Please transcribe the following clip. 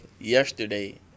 yesterday